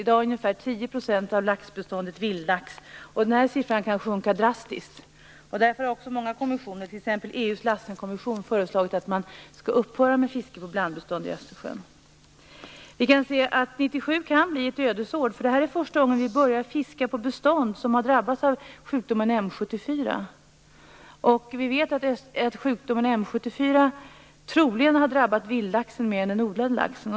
I dag är ungefär 10 % av laxbeståndet vildlax. Den siffran kan sjunka drastiskt. Därför har också många kommissioner, t.ex. EU:s Lassenkommission, föreslagit att man skall upphöra med fiske på blandbestånd i Östersjön. Vi ser att 1997 kan bli ett ödesår. Det är nämligen första gången vi börjar fiska på bestånd som har drabbats av sjukdomen M74. Vi vet att sjukdomen troligen har drabbat vildlaxen mer än den odlade laxen.